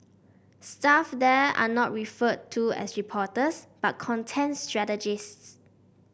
staff there are not referred to as reporters but contents strategists